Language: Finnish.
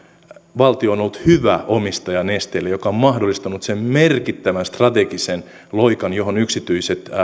valtio on ollut hyvä omistaja nesteelle ja on mahdollistanut sen merkittävän strategisen loikan johon yksityiset